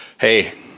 hey